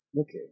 Okay